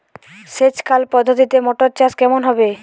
সেচ খাল পদ্ধতিতে মটর চাষ কেমন হবে?